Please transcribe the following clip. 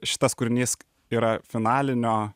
šitas kūrinys yra finalinio